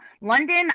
London